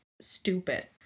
stupid